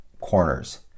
corners